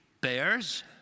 bears